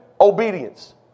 obedience